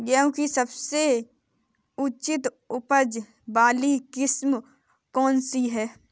गेहूँ की सबसे उच्च उपज बाली किस्म कौनसी है?